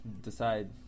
decide